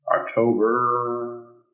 October